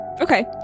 Okay